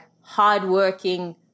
hardworking